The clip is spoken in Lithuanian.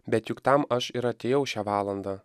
bet juk tam aš ir atėjau šią valandą